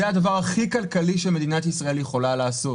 זה הדבר הכי כלכלי שמדינת ישראל יכולה לעשות